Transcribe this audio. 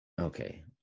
Okay